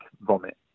vomit